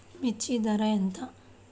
మిర్చి ధర ఎంత?